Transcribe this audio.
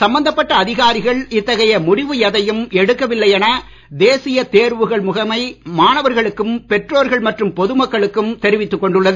சம்பந்தப்பட்ட அதிகாரிகள் இத்தகைய முடிவு எதையும் எடுக்க வில்லை என தேசிய தேர்வுகள் முகமை மாணவர்களுக்கும் பெற்றோர்கள் தெரிவித்துக் கொண்டுள்ளது